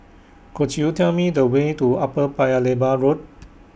Could YOU Tell Me The Way to Upper Paya Lebar Road